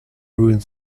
ruins